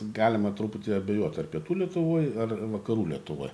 galima truputį abejot ar pietų lietuvoj ar vakarų lietuvoj